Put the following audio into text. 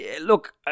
Look